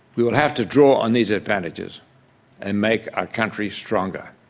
we will have to draw on these advantages and make our country stronger.